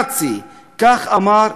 כך אמר מנחם בגין.